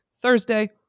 Thursday